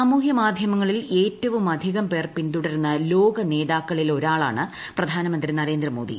സാമൂഹ്യ മാധ്യമങ്ങളിൽ ഏറ്റവുമധികം പേർ പിന്തുടരുന്ന ലോകനേതാക്കളിൽ ഒരാളാണ് പ്രധാനമന്ത്രി നരേന്ദ്രമോദി